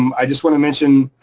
um i just wanna mention,